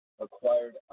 acquired